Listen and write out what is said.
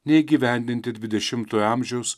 neįgyvendinti dvidešimtojo amžiaus